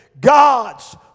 God's